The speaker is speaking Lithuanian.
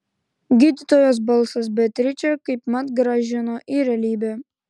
gydytojos balsas beatričę kaipmat grąžino į realybę